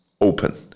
open